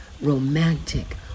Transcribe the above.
romantic